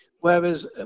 Whereas